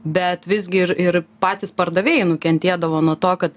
bet visgi ir ir patys pardavėjai nukentėdavo nuo to kad